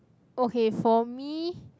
okay for me